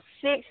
six